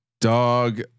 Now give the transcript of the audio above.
dog